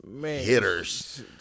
hitters